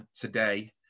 today